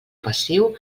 passiu